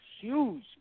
huge